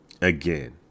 Again